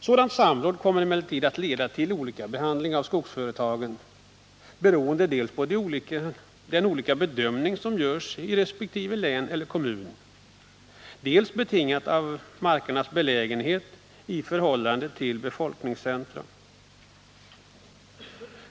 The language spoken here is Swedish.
Sådant samråd kommer emellertid att leda till olika behandling av skogsföretag, beroende på dels den olika bedömning som görs i respektive län eller kommun, dels markernas belägenhet i förhållande till befolkningscentrum.